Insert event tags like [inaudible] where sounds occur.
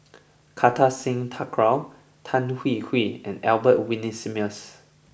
[noise] Kartar Singh Thakral Tan Hwee Hwee and Albert Winsemius